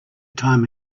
time